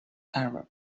arab